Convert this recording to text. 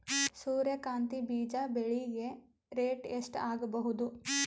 ಸೂರ್ಯ ಕಾಂತಿ ಬೀಜ ಬೆಳಿಗೆ ರೇಟ್ ಎಷ್ಟ ಆಗಬಹುದು?